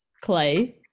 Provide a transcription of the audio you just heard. clay